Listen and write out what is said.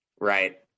right